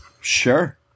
Sure